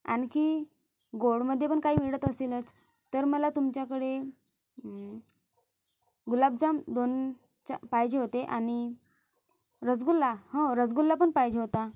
आणखी गोडमध्ये पण काही मिळत असेलच तर मला तुमच्याकडे गुलाबजाम दोनच पाहिजे होते आणि रसगुल्ला हो रसगुल्ला पण पाहिजे होता